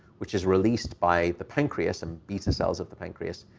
which is released by the pancreas, and beta cells of the pancreas,